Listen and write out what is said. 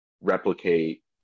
replicate